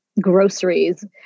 groceries